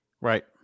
Right